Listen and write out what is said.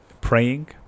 praying